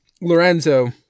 Lorenzo